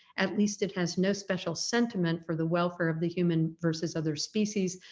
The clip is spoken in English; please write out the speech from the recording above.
at least it has no special sentiment for the welfare of the human versus other species.